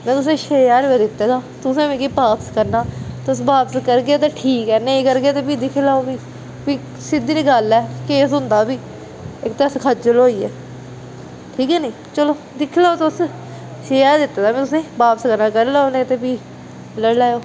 में तुसेंगी छे ज्हार रपेआ दित्ते दा तुसें मिगी बापस करना तुस बापस ठीक करगे ते ठीक ऐ नेईं करगे ते फ्ही दिक्खी लैओ फ्ही फ्ही सिद्धी गल्ल ऐ केस होंदा फ्ही इक ते अस खज्जल होई गे ठीक ऐ निं चलो दिक्खी लैओ तुस छे ज्हार दित्ते दा में तुसेंगी बापस करना ते करी लैओ नेईं ते फ्ही लेई लैएओ